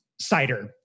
cider